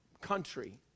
country